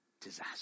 disaster